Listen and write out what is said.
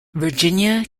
virginia